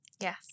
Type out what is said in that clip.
Yes